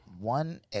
one